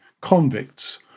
convicts